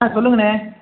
ஆ சொல்லுங்கண்ணே